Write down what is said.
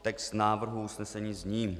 Text návrhu usnesení zní: